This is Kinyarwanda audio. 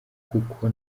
kuko